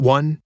One